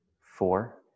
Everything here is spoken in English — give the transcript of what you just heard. four